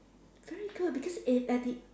very good because eh at the